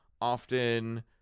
often